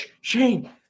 Shane